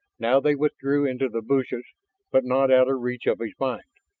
now they withdrew into the bushes but not out of reach of his mind.